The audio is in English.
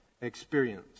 experience